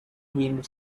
wind